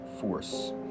force